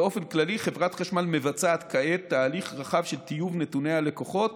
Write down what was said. באופן כללי חברת חשמל מבצעת כעת תהליך רחב של טיוב נתוני הלקוחות,